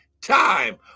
time